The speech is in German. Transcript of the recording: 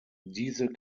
diese